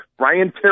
Ryan